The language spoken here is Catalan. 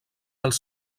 als